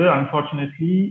Unfortunately